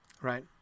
right